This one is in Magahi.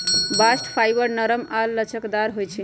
बास्ट फाइबर नरम आऽ लचकदार होइ छइ